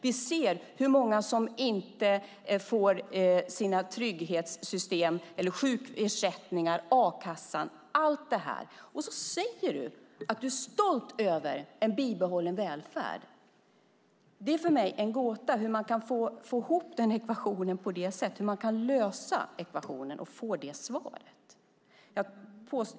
Vi ser hur många som inte får något från trygghetssystemen, från sina sjukersättningar, från a-kassan, allt det. Och du säger att du är stolt över en bibehållen välfärd. Det är för mig en gåta hur man kan lösa ekvationen och få det svaret.